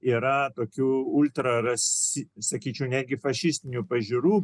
yra tokių sakyčiau netgi fašistinių pažiūrų